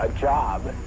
um job.